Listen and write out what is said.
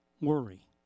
worry